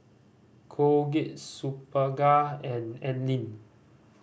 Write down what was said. Colgate Superga and Anlene